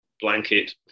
blanket